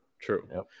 true